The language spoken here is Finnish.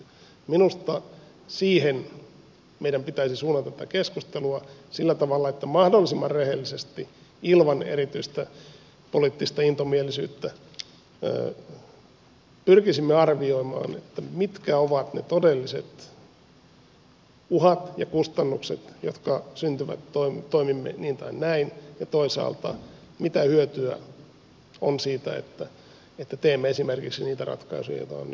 minusta siihen meidän pitäisi suunnata tätä keskustelua sillä tavalla että mahdollisimman rehellisesti ilman erityistä poliittista intomielisyyttä pyrkisimme arvioimaan mitkä ovat ne todelliset uhat ja kustannukset jotka syntyvät toimimme niin tai näin ja toisaalta mitä hyötyä on siitä että teemme esimerkiksi niitä ratkaisuja joita on nyt tehty